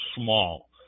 small